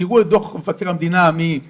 תראו את דו"ח מבקר המדינה מ-2004-2005,